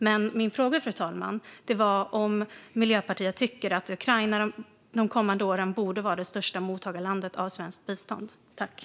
Men min fråga, fru talman, var om Miljöpartiet tycker att Ukraina de kommande åren borde vara det största mottagarlandet när det gäller svenskt bistånd.